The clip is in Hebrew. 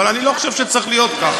אבל אני לא חושב שצריך להיות כך.